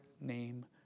name